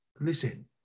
listen